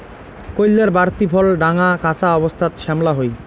কইল্লার বাড়তি ফল ঢাঙা, কাঁচা অবস্থাত শ্যামলা হই